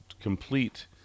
complete